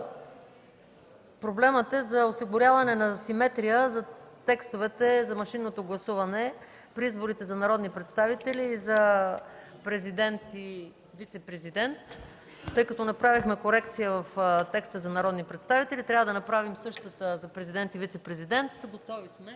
проблемът е за осигуряване на симетрия за текстовете за машинното гласуване при изборите за народни представители и за президент и вицепрезидент. Тъй като направихме корекция в текста за народни представители, трябва да направим същата и за президент и вицепрезидент. ПРЕДСЕДАТЕЛ